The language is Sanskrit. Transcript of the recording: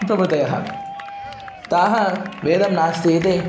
प्रभृतयः ते वेदं नास्ति इति